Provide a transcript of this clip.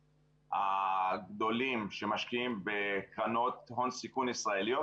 הגדולים שמשקיעים בקרנות הון סיכון ישראליות,